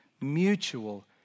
mutual